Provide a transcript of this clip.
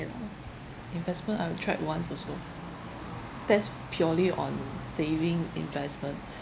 investment I got tried once also that's purely on saving investment